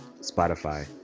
spotify